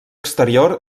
exterior